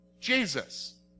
Jesus